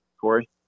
Corey